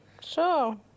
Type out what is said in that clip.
sure